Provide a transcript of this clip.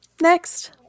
Next